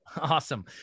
Awesome